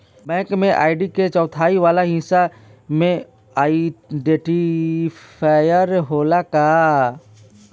Bank में ID के चौथाई वाला हिस्सा में आइडेंटिफैएर होला का?